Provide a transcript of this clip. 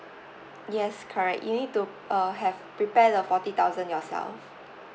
yes correct you need to uh have prepare the forty thousand yourself